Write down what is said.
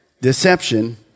deception